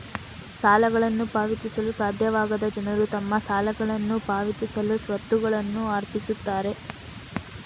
ಸಾಲಗಳನ್ನು ಪಾವತಿಸಲು ಸಾಧ್ಯವಾಗದ ಜನರು ತಮ್ಮ ಸಾಲಗಳನ್ನ ಪಾವತಿಸಲು ಸ್ವತ್ತುಗಳನ್ನ ಅರ್ಪಿಸುತ್ತಾರೆ